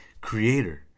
creator